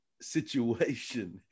situation